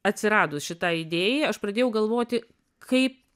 atsiradus šitai idėjai aš pradėjau galvoti kaip